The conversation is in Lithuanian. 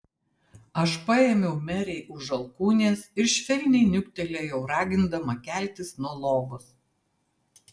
aš paėmiau merei už alkūnės ir švelniai niuktelėjau ragindama keltis nuo lovos